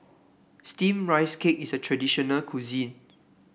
steamed Rice Cake is a traditional cuisine